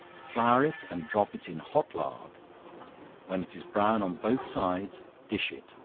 flour it and drop it in hot lard when it is brown on both sides, dish it,